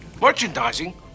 Merchandising